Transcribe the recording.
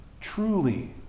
truly